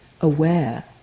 aware